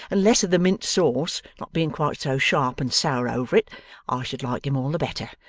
and less of the mint-sauce not being quite so sharp and sour over it i should like him all the better.